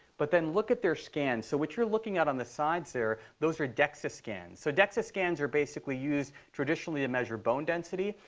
but then look at their scans. so what you're looking at on the sides here, those are dexa scans. so dexa scans are basically used traditionally to measure bone density,